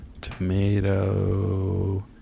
tomato